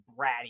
bratty